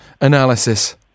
analysis